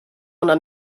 una